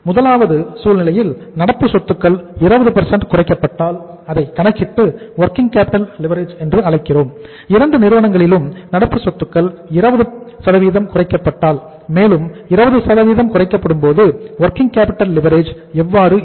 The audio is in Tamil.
முதலாவது சூழ்நிலையில் நடப்பு சொத்துக்கள் 20 குறைக்கப்பட்டால் அதைக் கணக்கிட்டு வொர்கிங் கேப்பிட்டல் லிவரேஜ் எவ்வாறு இருக்கும்